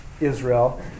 Israel